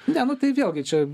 ne nu tai vėlgi čia